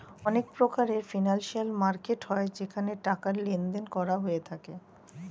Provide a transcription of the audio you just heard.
অনেক প্রকারের financial market হয় যেখানে টাকার লেনদেন করা হয়ে থাকে